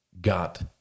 got